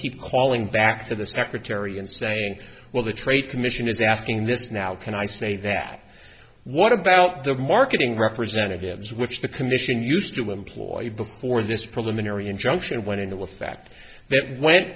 keep calling back to the secretary and saying well the trade commission is asking this now can i say that what about the marketing representatives which the commission used to employ before this preliminary injunction went into effect that went